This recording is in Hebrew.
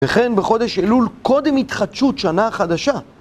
וכן בחודש אלול, קודם התחדשות שנה חדשה.